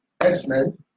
X-Men